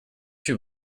shoe